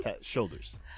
shoulders